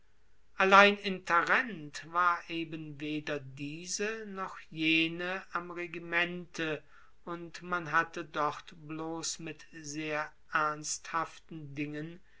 allein in tarent war eben weder diese noch jene am regimente und man hatte dort bloss mit sehr ernsthaften dingen